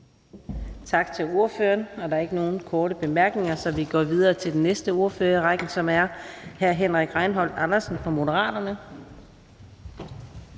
Tak til ordføreren. Der er ikke nogen korte bemærkninger, så vi går videre til den næste ordfører i rækken, som er hr. Steffen Larsen fra Liberal